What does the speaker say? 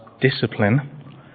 discipline